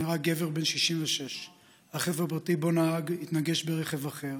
נהרג גבר בן 66. הרכב הפרטי שבו נהג התנגש ברכב אחר,